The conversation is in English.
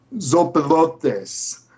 Zopilotes